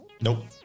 Nope